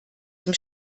dem